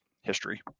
history